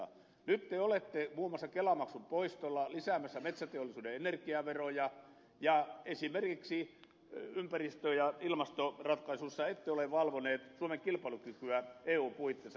nyt te olette muun muassa kelamaksun poistolla lisäämässä metsäteollisuuden energiaveroja ja esimerkiksi ympäristö ja ilmastoratkaisuissa ette ole valvoneet suomen kilpailukykyä eun puitteissa